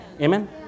Amen